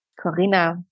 Corinna